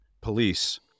police